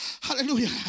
Hallelujah